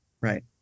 right